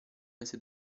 mese